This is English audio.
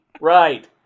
Right